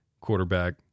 quarterback